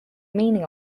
meaning